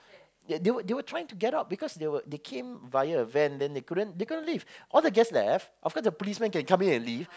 they were they were they were trying to get out because they were they came via a van then they couldn't they couldn't leave all the guest left of course the police man can come in and leave